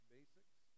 Basics